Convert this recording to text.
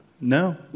no